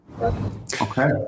Okay